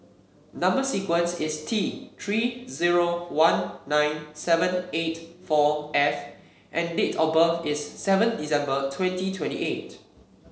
number sequence is T Three zero one nine seven eight four F and date of birth is seven December twenty twenty eight